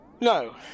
No